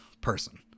person